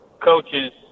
Coaches